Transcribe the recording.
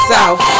South